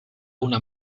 una